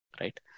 Right